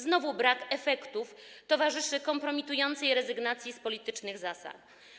Znowu brak efektów towarzyszy kompromitującej rezygnacji z politycznych zasad.